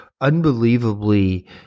unbelievably